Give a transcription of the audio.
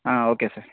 ah okay sir